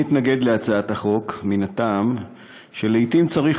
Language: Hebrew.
אני אתנגד להצעת החוק מן הטעם שלעתים צריך